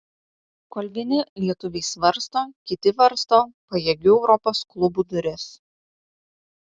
kol vieni lietuviai svarsto kiti varsto pajėgių europos klubų duris